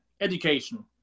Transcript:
education